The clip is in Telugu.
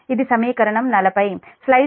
ఇది సమీకరణం 40